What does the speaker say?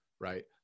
Right